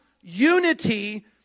unity